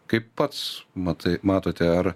kaip pats matai matote ar